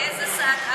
איזו הסתה.